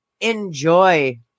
Enjoy